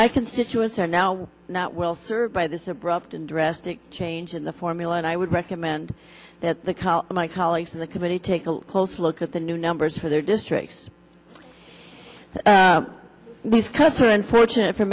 my constituents are now not well served by this abrupt and arresting change in the formula and i would recommend that the call my colleagues in the committee take a close look at the new numbers for their districts these cuts are unfortunate for